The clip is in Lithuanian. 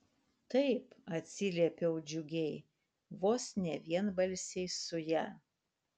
taip atsiliepiau džiugiai vos ne vienbalsiai su ja